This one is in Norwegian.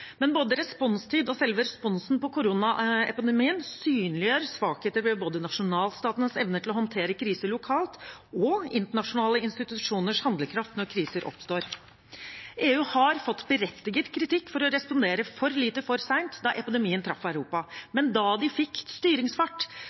Men både responstid og selve responsen på koronaepidemien synliggjør svakheter ved både nasjonalstatens evne til å håndtere kriser lokalt og internasjonale institusjoners handlekraft når kriser oppstår. EU har fått berettiget kritikk for å respondere for lite og for sent da epidemien traff Europa, men da de fikk styringsfart,